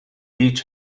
each